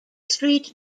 street